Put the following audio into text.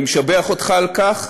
אני רוצה לשבח אותך על כך,